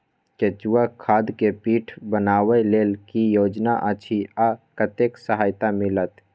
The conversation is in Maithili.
केचुआ खाद के पीट बनाबै लेल की योजना अछि आ कतेक सहायता मिलत?